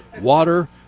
water